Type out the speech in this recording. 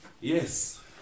yes